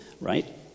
Right